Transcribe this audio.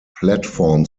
platform